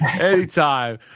anytime